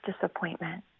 disappointment